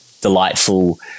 delightful